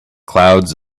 clouds